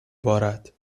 بارد